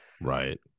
Right